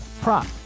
prop